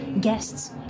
guests